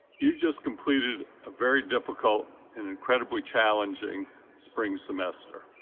you just completed a very difficult and incredibly challenging spring semester.